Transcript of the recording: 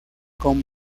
con